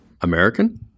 American